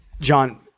John